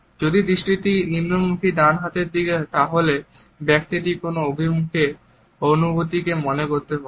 যদি দৃষ্টিটি নিম্নমুখী ডান হাতের দিকে তাহলে ব্যক্তিটি কোন অনুভূতিকে মনে করতে পারে